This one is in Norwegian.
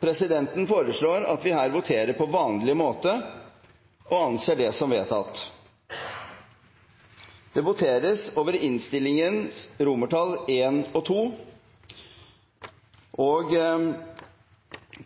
Presidenten foreslår at vi her voterer på vanlig måte – og anser det som vedtatt.